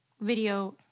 video